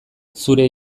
zure